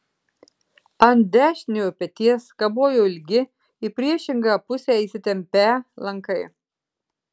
ant dešiniojo peties kabojo ilgi į priešingą pusę įsitempią lankai